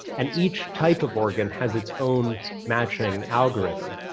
and each type of organ has its own matching algorithm.